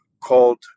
called